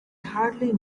hardly